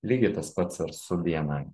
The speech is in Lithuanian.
lygiai tas pats ir su bni